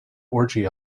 orgy